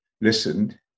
listened